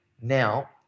now